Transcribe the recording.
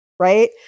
right